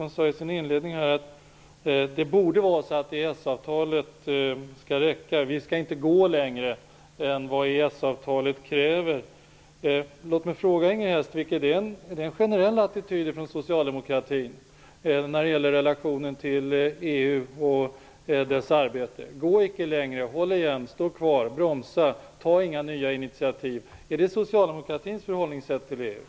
Hon sade i sin inledning att det borde vara så att EES-avtalet skall räcka. Vi skall inte gå längre än vad EES-avtalet kräver. Låt mig fråga Inger Hestvik: Är det en generell attityd från socialdemokratin när det gäller relationen till EU och EU:s arbete? Gå inte längre, håll igen, stå kvar, bromsa, ta inga nya initiativ -- är det socialdemokratins förhållningssätt till EU?